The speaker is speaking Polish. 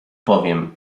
powiem